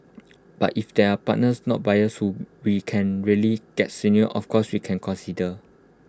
but if there are partners not buyers whom we can really get of course we can consider